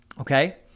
Okay